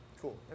Cool